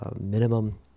Minimum